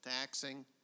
taxing